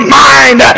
mind